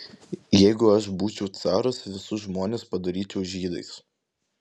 jeigu aš būčiau caras visus žmonės padaryčiau žydais